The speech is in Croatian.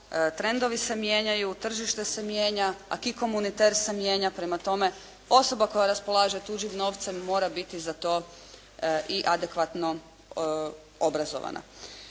trendovi se mijenjaju, tržište se mijenja, Aquico se mijenja. Prema tome, osoba koja raspolaže tuđim novcem mora biti za to i adekvatno obrazovana.